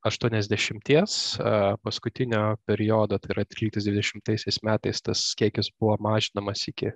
aštuoniasdešimties paskutinio periodo tai yra tryliktais dvidešimtaisiais metais tas kiekis buvo mažinamas iki